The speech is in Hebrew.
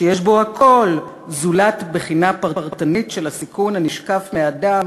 שיש בו הכול זולת בחינה פרטנית של הסיכון הנשקף מאדם.